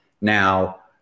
Now